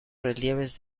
relieves